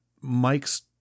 Mike's